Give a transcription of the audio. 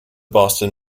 boston